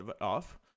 off